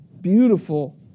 beautiful